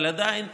אבל עדיין,